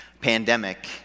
pandemic